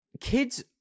kids